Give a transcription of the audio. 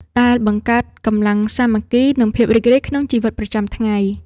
ដែលបង្កើតកម្លាំងសាមគ្គី និងភាពរីករាយក្នុងជីវិតប្រចាំថ្ងៃ។